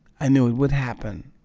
i knew it would happen.